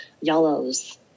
yellows